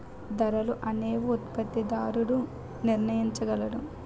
ధరలు అనేవి ఉత్పత్తిదారుడు నిర్ణయించగలడు